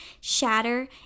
shatter